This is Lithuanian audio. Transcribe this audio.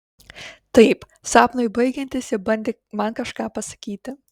taip sapnui baigiantis ji bandė man kažką pasakyti